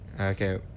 Okay